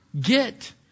get